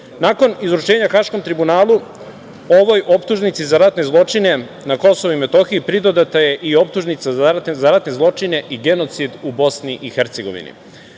sudom. Nakon izručenja Haškom tribunalu po ovoj optužnici za ratne zločine na Kosovu i Metohiji pridodata je i optužnica za ratne zločine i genocid u Bosni i Hercegovini. Vratio